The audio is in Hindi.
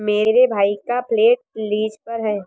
मेरे भाई का फ्लैट लीज पर है